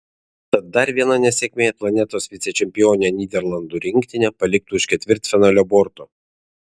tad dar viena nesėkmė planetos vicečempionę nyderlandų rinktinę paliktų už ketvirtfinalio borto